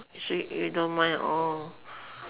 so you don't mind orh